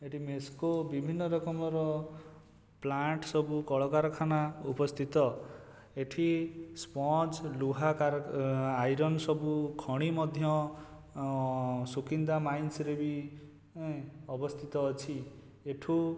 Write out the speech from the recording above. ଏଠି ମେସ୍କୋ ବିଭିନ୍ନ ରକମର ପ୍ଳାଣ୍ଟ ସବୁ କଳକାରଖାନା ଉପସ୍ଥିତ ଏଠି ସ୍ପଞ୍ଜ ଲୁହା କାର ଆଇରନ୍ ସବୁ ଖଣି ମଧ୍ୟ ସୁକିନ୍ଦା ମାଇନ୍ସରେ ବି ଅବସ୍ଥିତ ଅଛି ଏଠୁ